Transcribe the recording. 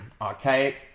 Archaic